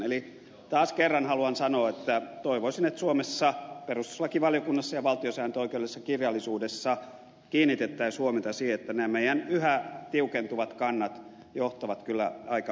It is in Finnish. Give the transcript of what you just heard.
eli taas kerran haluan sanoa että toivoisin että suomessa perustuslakivaliokunnassa ja valtiosääntöoikeudellisessa kirjallisuudessa kiinnitettäisiin huomiota siihen että nämä meidän yhä tiukentuvat kantamme johtavat kyllä aika